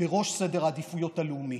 בראש סדר העדיפויות הלאומי.